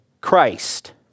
Christ